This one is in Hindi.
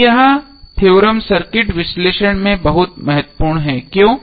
अब यह थ्योरम सर्किट विश्लेषण में बहुत महत्वपूर्ण है क्यों